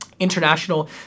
International